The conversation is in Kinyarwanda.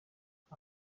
mpa